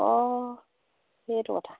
অঁ সেইটো কথা